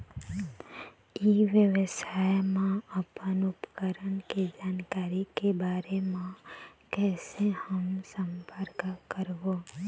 ई व्यवसाय मा अपन उपकरण के जानकारी के बारे मा कैसे हम संपर्क करवो?